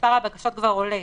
שמחתי לעזור.